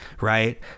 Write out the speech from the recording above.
right